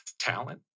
talent